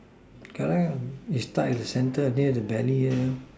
okay it start at the center near the Belly there know